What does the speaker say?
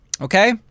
Okay